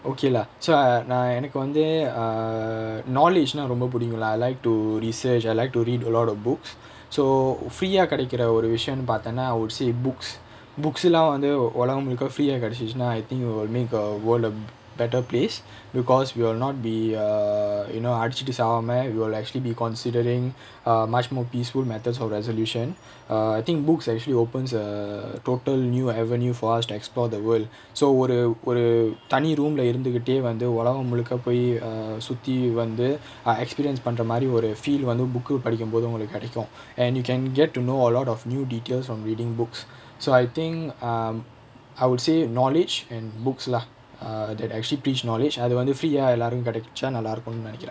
okay lah so ah நா எனக்கு வந்து:naa enakku vanthu err knowledge னா ரொம்ப புடிக்கும்:naa romba pudikkum lah I like to research I like to read a lot of books so free ah கிடைக்குற ஒரு விஷயம்னு பாத்தேனா:kidaikkura oru vishayamnu paathaenaa would say books books lah வந்து உலகம் முழுக்க:vanthu ulagam mulukka free ah கிடைச்சிச்சுனா:kidachichunaa I think it will make a world a better place because we will not be err you know அடிச்சிட்டு சாவாம:adichittu saavaama we will actually be considering a much more peaceful methods or resolution err I think books actually opens a total new avenue for us to explore the worldso ஒரு ஒரு தனி:oru oru thani room leh இருந்துகிட்டே வந்து உலகம் முழுக்க போய்:irunthukittae vanthu ulagam mulukka poyi err சுத்தி வந்து:suthi vanthu ah experience பண்ற மாரி ஒரு:pandra maari oru feel வந்து:vanthu book uh படிக்கும்போது ஒங்களுக்கு கிடைக்கும்:padikkumpothu ongalukku kidaikkum and you can get to know a lot of new details from reading books so I think err um I would say knowledge and books lah err that actually teach knowledge அது வந்து:athu vanthu free ah எல்லாரும் கிடைச்சா நல்லா இருக்குன்னு நினைக்குறேன்:ellaarukku kidaicha nallaa irukkunu ninaikkuraen